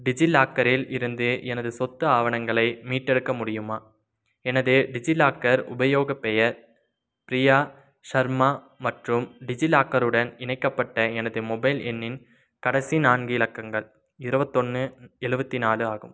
டிஜிலாக்கரில் இருந்து எனது சொத்து ஆவணங்களை மீட்டெடுக்க முடியுமா எனது டிஜிலாக்கர் உபயோகப் பெயர் பிரியா ஷர்மா மற்றும் டிஜிலாக்கருடன் இணைக்கப்பட்ட எனது மொபைல் எண்ணின் கடைசி நான்கு இலக்கங்கள் இருபத்தொன்னு எழுவத்தி நாலு ஆகும்